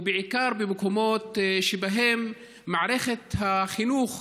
ובעיקר במקומות שבהם מערכת החינוך,